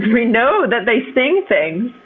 we know that they sting things,